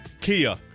Kia